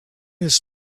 his